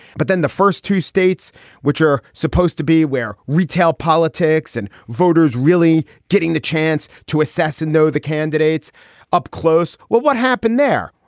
but then the first two states which are supposed to be where retail politics and voters really getting the chance to assess and know the candidates up close. well, what happened there?